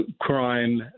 crime